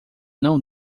não